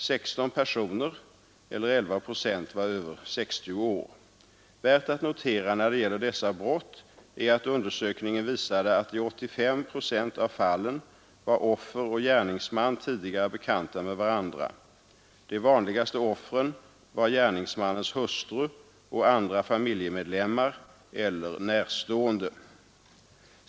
16 personer, eller 11 procent, var över 60 år. Värt att notera när det gäller dessa brott är att undersökningen visade att i 85 procent av fallen var offer och gärningsman tidigare bekanta med varandra. De vanligaste offren var gärningsmannens hustru och andra familjemedlemmar eller närstående.